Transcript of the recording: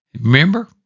Remember